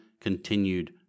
continued